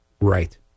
Right